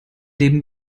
leben